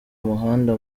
umuhanda